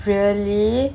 really